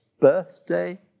birthday